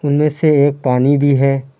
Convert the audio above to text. ان میں سے ایک پانی بھی ہے